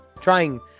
trying